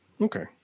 okay